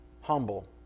humble